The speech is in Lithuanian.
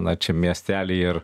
na čia miestely ir